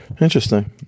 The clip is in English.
Interesting